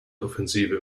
offensive